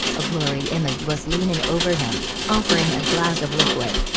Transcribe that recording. a blurry image was leaning over him, offering a glass of liquid.